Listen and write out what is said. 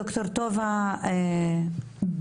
ד"ר טובה בנסקי.